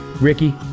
Ricky